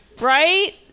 right